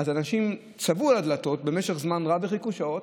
אז אנשים צבאו על הדלתות במשך זמן רב וחיכו שעות.